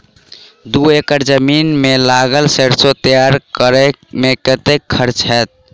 दू एकड़ जमीन मे लागल सैरसो तैयार करै मे कतेक खर्च हेतै?